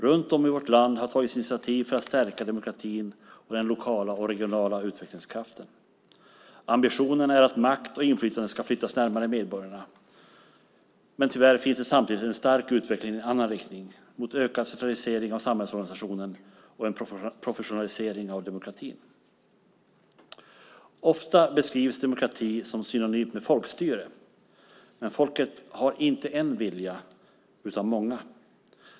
Runt om i vårt land har tagits initiativ för att stärka demokratin och den lokala och regionala utvecklingskraften. Ambitionen är att makt och inflytande ska flyttas närmare medborgarna. Tyvärr finns samtidigt en stark utveckling i en annan riktning - mot ökad centralisering av samhällsorganisationen och en professionalisering av demokratin. Ofta beskrivs demokrati som synonymt med folkstyre, men folket har inte en vilja utan många.